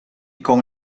con